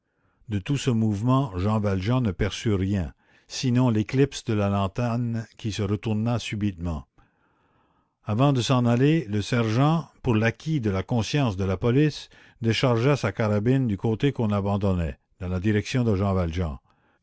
de tout ce mouvement jean valjean ne perçut rien sinon l'éclipse de la lanterne qui se retourna subitement avant de s'en aller le sergent pour l'acquit de la conscience de la police déchargea sa carabine du côté qu'on abandonnait dans la direction de jean valjean